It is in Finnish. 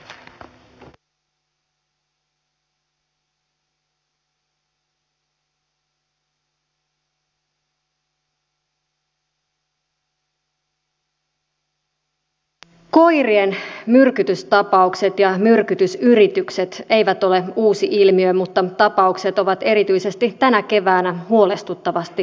koirien myrkytystapaukset ja myrkytysyritykset eivät ole uusi ilmiö mutta tapaukset ovat erityisesti tänä keväänä huolestuttavasti lisääntyneet